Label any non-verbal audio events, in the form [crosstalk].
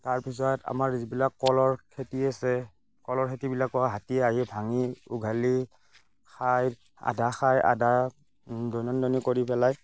তাৰ পিছত আমাৰ যিবিলাক কলৰ খেতি আছে কলৰ খেতিবিলাকো হাতীয়ে আহি ভাঙি উঘালি খাই আধা খাই আধা [unintelligible] কৰি পেলায়